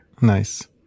Nice